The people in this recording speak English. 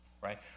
right